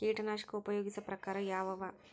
ಕೀಟನಾಶಕ ಉಪಯೋಗಿಸೊ ಪ್ರಕಾರ ಯಾವ ಅವ?